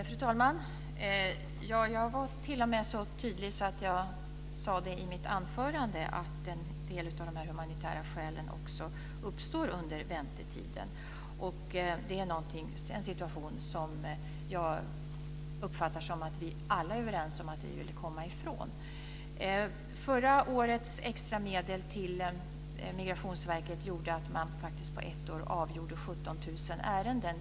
Fru talman! Jag var t.o.m. så tydlig att jag sade i mitt anförande att en del av de här humanitära skälen uppstår under väntetiden. Det är en situation som jag uppfattar att vi alla är överens om att vi vill komma bort från. Förra årets extra medel till Migrationsverket gjorde att man faktiskt på ett år avgjorde 17 000 ärenden.